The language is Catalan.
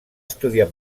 estudiar